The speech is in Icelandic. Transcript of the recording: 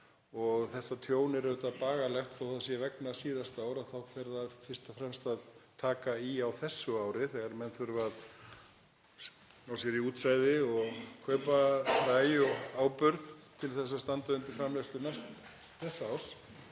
og þetta tjón er auðvitað bagalegt. Þó að það sé vegna síðasta árs þá fer það fyrst og fremst að taka í á þessu ári þegar menn þurfa að ná sér í útsæði og kaupa fræ og áburð til að standa undir framleiðslu þessa árs.